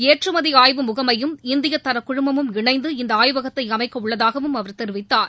ஏற்றுமதி ஆய்வு முகமையும் இந்தியத் தர குழுமமும் இணைந்து இந்த ஆய்வகத்தை அமைக்க உள்ளதாகவும் அவர் தெரிவித்தார்